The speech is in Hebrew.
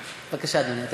בבקשה, אדוני.